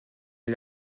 est